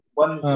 one